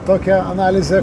tokia analizė